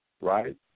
right